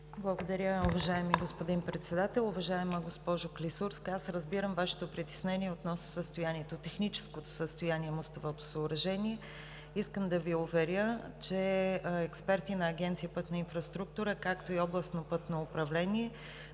Благодаря, уважаеми господин Председател. Уважаема госпожо Клисурска, разбирам Вашето притеснение относно техническото състояние на мостовото съоръжение. Искам да Ви уверя, че експерти на Агенция „Пътна инфраструктура“, както и Областното пътно управление,